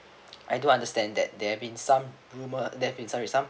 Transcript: I do understand that there have been some rumor depth in sorry some